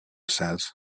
says